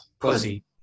pussy